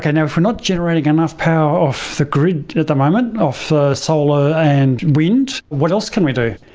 kind of if we are not generating enough power off the grid at the moment, off the solar and wind, what else can we do?